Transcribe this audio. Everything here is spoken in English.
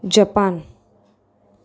Japan